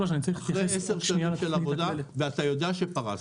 אחרי 10 שנים של עבודה ואתה יודע שפרסנו.